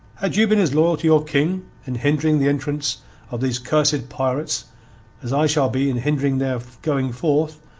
had you been as loyal to your king in hindering the entrance of these cursed pirates as i shall be in hindering their going forth